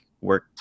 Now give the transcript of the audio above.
work